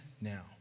now